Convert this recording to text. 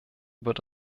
wird